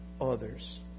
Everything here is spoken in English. others